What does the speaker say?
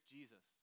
Jesus